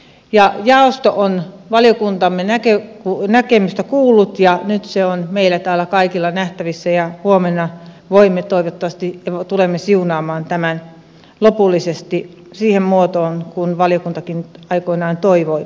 jaosto on valiokuntamme näkemystä kuullut ja nyt se on meillä täällä kaikilla nähtävissä ja huomenna toivottavasti tulemme siunaamaan tämän lopullisesti siihen muotoon kuin valiokuntakin aikoinaan toivoi